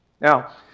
Now